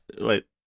wait